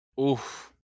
Oof